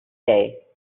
day